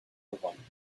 gewonnen